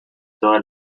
todas